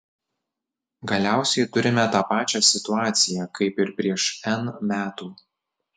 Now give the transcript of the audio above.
galiausiai turime tą pačią situaciją kaip ir prieš n metų